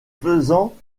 faisant